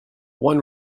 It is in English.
one